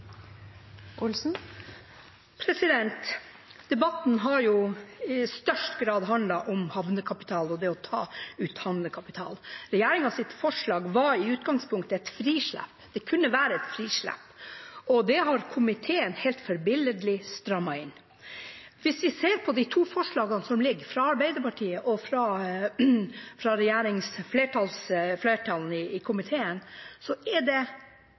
det å ta ut utbytte fra havnekapital. Regjeringens forslag kunne i utgangspunktet ha vært et frislipp, og det har komiteen helt forbilledlig strammet inn. Hvis vi ser på de to forslagene som foreligger, det fra bl.a. Arbeiderpartiet og det fra flertallet i komiteen, er det en liten forskjell. Arbeiderpartiet har ønsket at vi skulle ha med det som er knyttet til utvikling, altså framtiden, og at det